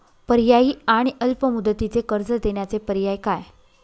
पर्यायी आणि अल्प मुदतीचे कर्ज देण्याचे पर्याय काय?